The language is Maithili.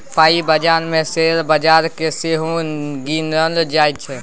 पाइ बजार मे शेयर बजार केँ सेहो गिनल जाइ छै